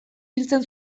hiltzen